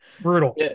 Brutal